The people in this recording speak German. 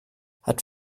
hat